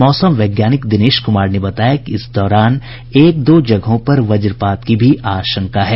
मौसम वैज्ञानिक दिनेश कुमार ने बताया कि इस दौरान एक दो जगहों पर वज्रपात की भी आशंका है